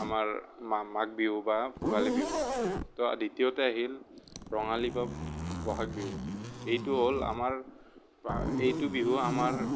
আমাৰ মা মাঘ বিহু বা ভোগালী বিহু ত' দ্বিতীয়তে আহিল ৰঙালী বা বহাগ বিহু এইটো হ'ল আমাৰ এইটো বিহু আমাৰ